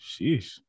Sheesh